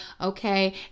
okay